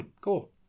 Cool